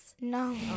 No